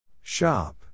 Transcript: Shop